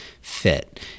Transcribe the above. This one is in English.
fit